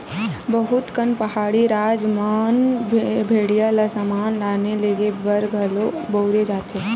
बहुत कन पहाड़ी राज मन म भेड़िया ल समान लाने लेगे बर घलो बउरे जाथे